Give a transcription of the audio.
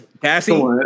Cassie